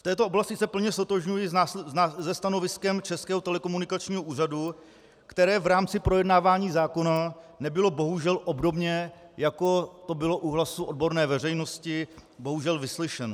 V této oblasti se plně ztotožňuji se stanoviskem Českého telekomunikačního úřadu, které v rámci projednávání zákona nebylo bohužel, obdobně jako to bylo u hlasu odborné veřejnosti, vyslyšeno.